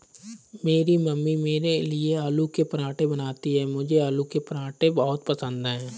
मेरी मम्मी मेरे लिए आलू के पराठे बनाती हैं मुझे आलू के पराठे बहुत पसंद है